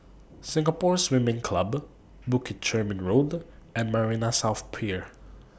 Singapore Swimming Club Bukit Chermin Road and Marina South Pier